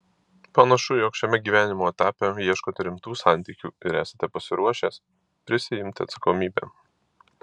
panašu jog šiame gyvenimo etape ieškote rimtų santykių ir esate pasiruošęs prisiimti atsakomybę